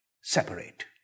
separate